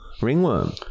ringworm